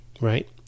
right